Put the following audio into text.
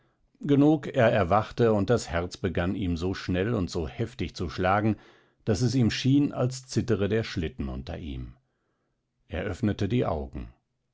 genug er erwachte und das herz begann ihm so schnell und so heftig zu schlagen daß es ihm schien als zittere der schlitten unter ihm er öffnete die augen